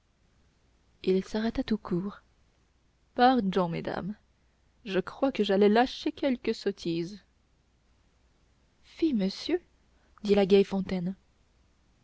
il s'arrêta tout court pardon mesdames je crois que j'allais lâcher quelque sottise fi monsieur dit la